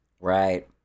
right